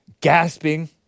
gasping